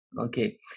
Okay